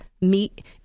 meet